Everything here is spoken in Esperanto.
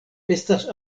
estas